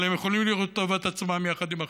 אבל הם יכולים לראות את טובת עצמם יחד עם אחרים.